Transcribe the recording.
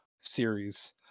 series